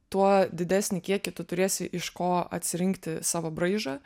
tuo didesnį kiekį tu turėsi iš ko atsirinkti savo braižą